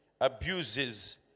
abuses